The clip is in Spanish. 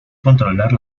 controlar